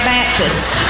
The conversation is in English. Baptist